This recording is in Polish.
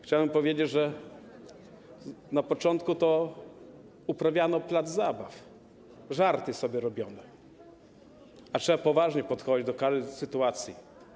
Chciałbym powiedzieć, że na początku to robiono plac zabaw, żarty sobie robiono, a trzeba poważnie podchodzić do każdej sytuacji.